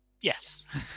Yes